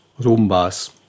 Rumbas